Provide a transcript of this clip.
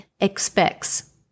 Expects